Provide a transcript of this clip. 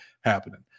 happening